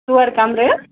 ژور کَمرے یا